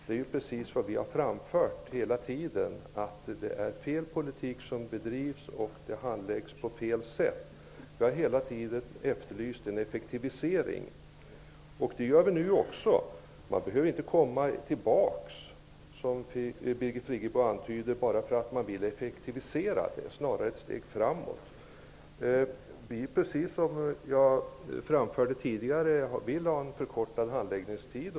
Vi i Ny demokrati har hela tiden hävdat att fel politik bedrivs och att ärendena handläggs på fel sätt. Vi har hela tiden efterlyst en effektivisering. Det gör vi nu också. Det är inte fråga om att ta ett steg bakåt vid en effektivisering -- som Birgit Friggebo antyder. Det är snarare fråga om ett steg framåt. Precis som jag har fört fram tidigare vill vi ha en förkortad handläggningstid.